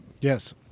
Yes